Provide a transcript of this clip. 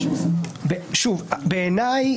בעיני,